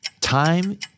Time